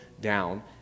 down